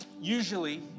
usually